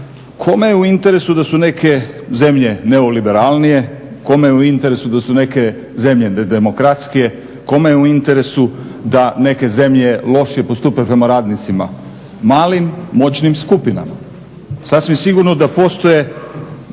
kome je u interesu da su neke zemlje neoliberalnije, kome je u interesu da su neke zemlje demokratskije, kome je u interesu da neke zemlje lošije postupaju prema radnicima? Malim moćnim skupinama. Sasvim sigurno da postoje